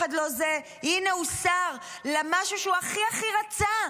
הינה, הוא שר למשהו שהוא הכי הכי רצה.